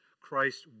Christ